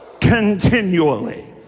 Continually